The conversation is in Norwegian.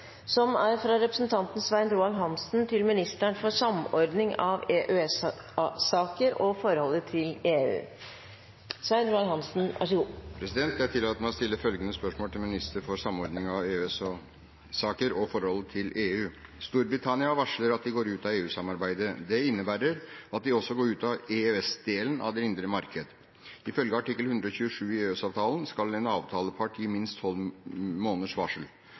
som er større her, der en hadde en 4G-dekning på 9 pst. for innbyggerne i 2013, og 91 pst. dekning i 2016. Det tyder på at det skjer mye riktig her, også med regjeringens innsats. Dette spørsmålet bortfaller fordi utenriksministeren er bortreist. Jeg tillater meg å stille følgende spørsmål til ministeren for samordning av EØS-saker og forholdet til EU: «Storbritannia varsler at de går ut av EU-samarbeidet. Det innebærer at de også går ut av EØS-delen av det indre marked. Ifølge artikkel 127 i EØS-avtalen skal